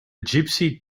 gypsy